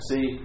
See